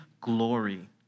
glory